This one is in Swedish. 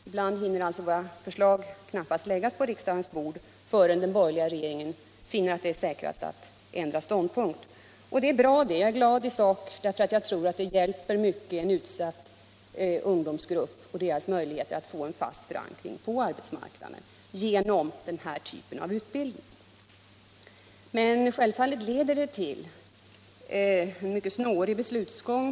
Ibland hinner alltså våra förslag knappast läggas på riksdagens bord förrän den borgerliga regeringen finner det säkrast att ändra ståndpunkt. Det är i och för sig glädjande, eftersom den här typen av utbildning innebär en stor hjälp för en mycket utsatt grupp av ungdomar och deras möjligheter att få en fast förankring på arbetsmarknaden. Men självfallet innebär detta en mycket snårig beslutsgång.